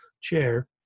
chair